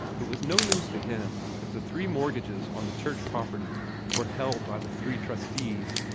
it was no news to him that the three mortgages on the church property were held by the three trustees.